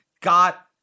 got